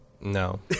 No